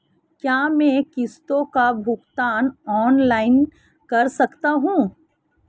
क्या मैं किश्तों का भुगतान ऑनलाइन कर सकता हूँ?